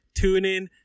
TuneIn